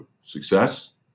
success